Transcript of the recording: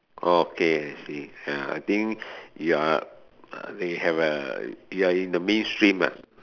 oh okay I see ya I think you are I think you have a you are in the mainstream ah